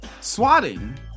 swatting